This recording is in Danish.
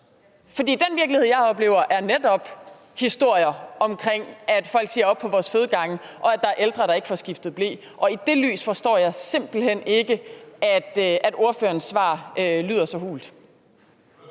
sig? Den virkelighed, jeg oplever, er netop historier om, at folk siger op på vores fødegange, og at der er ældre, der ikke får skiftet ble. Og i det lys forstår jeg simpelt hen ikke at ordførerens svar lyder så hult.